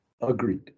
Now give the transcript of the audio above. Agreed